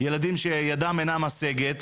ילדים שידם אינה משגת.